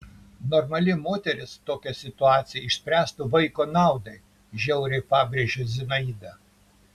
normali moteris tokią situaciją išspręstų vaiko naudai žiauriai pabrėžė zinaida